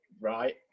right